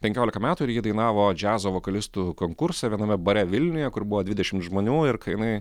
penkiolika metų ir ji dainavo džiazo vokalistų konkurse viename bare vilniuje kur buvo dvidešim žmonių ir kai jinai